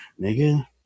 nigga